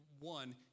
One